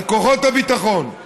על כוחות הביטחון,